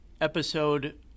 episode